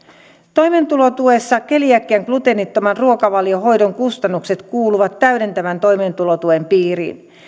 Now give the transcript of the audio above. toimeentulotuessa keliakian gluteenittoman ruokavaliohoidon kustannukset kuuluvat täydentävän toimeentulotuen piiriin